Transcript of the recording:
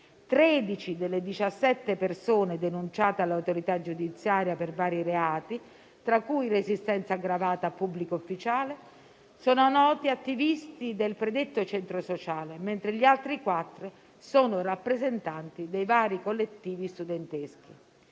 delle 17 persone denunciate all'autorità giudiziaria per vari reati, tra cui resistenza aggravata a pubblico ufficiale, sono noti attivisti del predetto centro sociale, mentre gli altri quattro sono rappresentanti dei vari collettivi studenteschi.